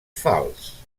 fals